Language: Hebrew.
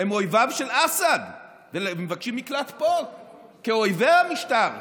הם אויביו של אסד ומבקשים מקלט פה כאויבי המשטר.